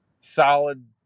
solid